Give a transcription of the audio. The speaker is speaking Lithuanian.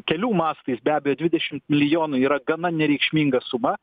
kelių mastais be abejo dvidešimt milijonų yra gana nereikšminga suma